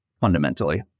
fundamentally